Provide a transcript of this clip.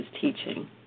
teaching